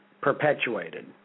perpetuated